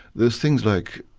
there's things like,